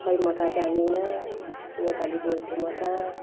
खै म त जान्दिनँ नेपाली बोल्छु म त